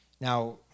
Now